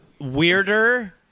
Weirder